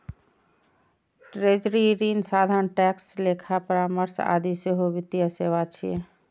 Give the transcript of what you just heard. treasury, ऋण साधन, tax, लेखा परामर्श आदि सेहो वित्तीय सेवा छियै